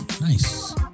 nice